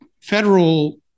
federal